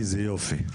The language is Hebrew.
איזה יופי.